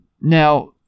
now